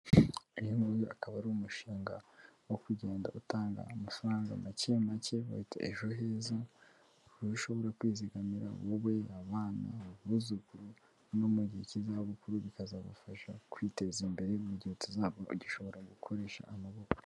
Uyu akaba ari umushinga wo kugenda utanga amafaranga make make bawita ejo heza, kuburyo ushobora kwizigamira, wowe, abana, abuzukuru, no mu gihe cy'izabukuru bikazagufasha kwiteza imbere mu gihe utazaba ugishobora gukoresha amaboko.